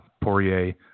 Poirier